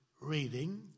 reading